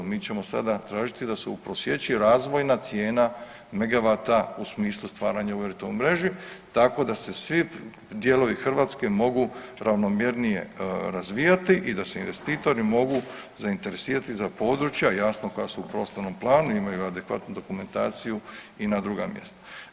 Mi ćemo sada tražiti da se uprosječi razvojna cijena megavata u smislu stvaranja … mreži tako da se svi dijelovi Hrvatske mogu ravnomjernije razvijati i da se investitori mogu zainteresirati za područja, jasno koja su u prostornom planu, imaju adekvatnu dokumentacija i na druga mjesta.